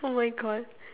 oh-my-God